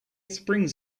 springs